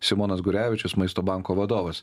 simonas gurevičius maisto banko vadovas